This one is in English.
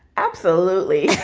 absolutely.